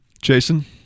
Jason